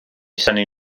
synnu